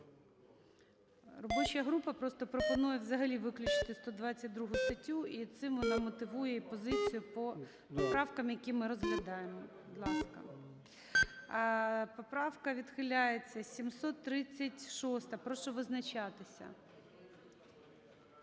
Робоча група просто пропонує взагалі виключити 122 статтю, і цим вона мотивує і позицію по поправкам, які ми розглядаємо. Будь ласка. 13:11:06 За-4 Поправка відхиляється. 736-а. Прошу визначатися.